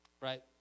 right